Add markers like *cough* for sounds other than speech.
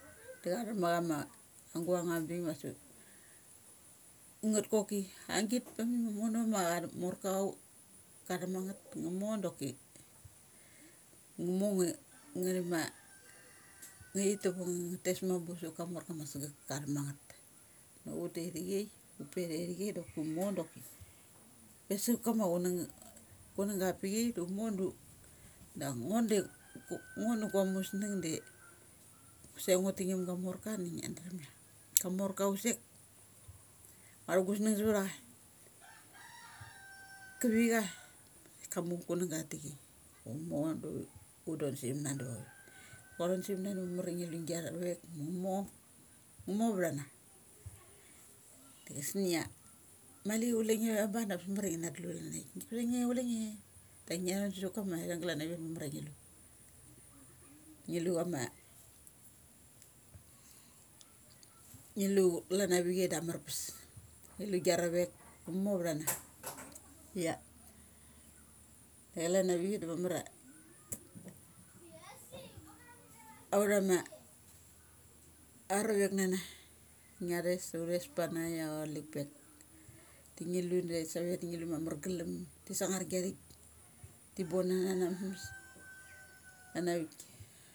*noise* da cha thum ma chama ang guang ambik masok, ngeth koki. Ang ngit koki ma vono ma cha thum morka cha thum ma ngeth nga mor doki ngamo nga, ngathi ma *noise* ngathi tavang nga tes mambu sava kamorta ma sagek ka thum ma ngeth. Da ut tai thi chai upe thai thi chai da upe doki umo doki pe sak nama chunang, kunangga vapi ai da ngo du da ngo du ngo da gua musnung d. e kusek ngu tingngim gam morka da ngia chram ia kam orka chusek, ngua thu gus nung savtha cha *noise* ki vi cha, ka mu kunangga tha ti chai. Kamu cha da do dum setham na dava *noise* ngua thonsa tham na da mamar a ngi lu de gia rovek da nga mor, nga mor vtha na. Gisnia mali chule nge va bung da bes mamar a ngi na tlu amagit. Dat ptha nge, chule nge da ngia than sa kama ithang glanavik da mamar a ngi lu. *noise* Ngi lu chama ngi lu calan avi chai da amar pes. Ngi lu gi a rovek nga mor utha na. *noise* Ia da calan avi chai da ma mar a *noise* authama autha rovek nana. Ngi athes, uth thes pa na ia, authalik pek. Ti ngi lu da save da am mar galam ta sangar giathik, ti bon nana na mesmes *noise* klan avik.